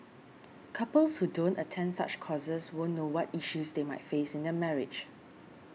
couples who don't attend such courses won't know what issues they might face in their marriage